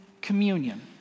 communion